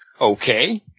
Okay